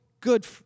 good